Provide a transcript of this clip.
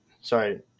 Sorry